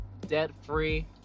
debt-free